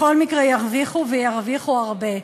בכל מקרה ירוויחו, וירוויחו הרבה.